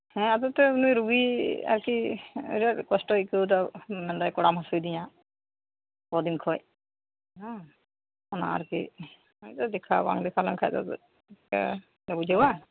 ᱦᱮᱸ ᱟᱫᱚ ᱮᱱᱛᱮ ᱩᱱᱤ ᱨᱩᱜᱤ ᱟᱨᱠᱤ ᱟᱹᱠᱤ ᱟᱸᱴ ᱠᱚᱥᱴᱚᱭ ᱵᱤᱨᱟᱴ ᱠᱚᱥᱴᱚᱭ ᱟᱹᱭᱠᱟᱹᱣ ᱮᱫᱟ ᱢᱮᱱ ᱫᱟᱭ ᱠᱚᱲᱟᱢ ᱦᱟᱥᱩᱭᱤᱫᱤᱧᱟ ᱠᱚᱫᱤᱱ ᱠᱷᱚᱱ ᱵᱟᱝ ᱚᱱᱟ ᱟᱨᱠᱤ ᱟᱫᱚ ᱫᱮᱠᱷᱟᱣ ᱵᱟᱝ ᱫᱮᱠᱷᱟᱣ ᱞᱮᱱ ᱠᱷᱟᱡ ᱫᱚ ᱪᱤᱠᱟ ᱵᱩᱡᱷᱟᱹᱣᱟ